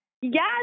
yes